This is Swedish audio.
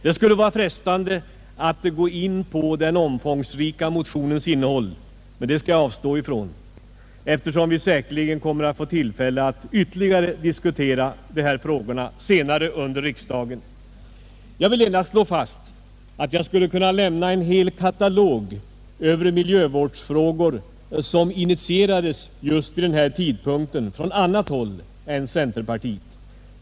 Det skulle vara frestande att gå in på den omfångsrika motionens innehåll, men det skall jag avstå ifrån, eftersom vi säkerligen kommer att få tillfälle att ytterligare diskutera dessa frågor senare under riksdagen. Jag vill endast slå fast att jag skulle kunna lämna en hel katalog över miljövårdsfrågor som initierades just vid denna tidpunkt från annat håll än centerpartiet.